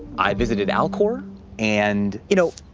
i visited alcor and, you know